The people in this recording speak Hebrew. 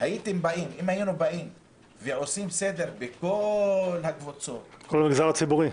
היינו עושים סדר בכל הקבוצות --- בכל המגזר הציבורי.